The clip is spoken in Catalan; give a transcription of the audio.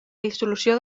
dissolució